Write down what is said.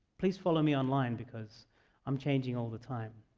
please follow me online because i'm changing all the time.